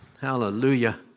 Hallelujah